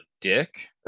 dick